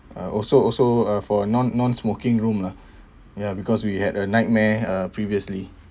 uh also also uh for non non smoking room lah ya because we had a nightmare uh previously